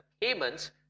Payments